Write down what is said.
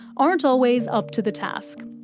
aren't always up to the task.